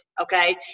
okay